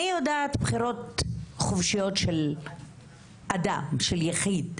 אני יודעת בחירות חופשיות של אדם, של יחיד,